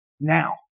Now